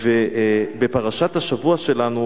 בפרשת השבוע שלנו,